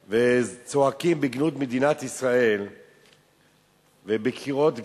וצועקים בגנות מדינת ישראל ובקריאות גנאי,